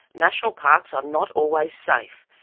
national parks are not always safe.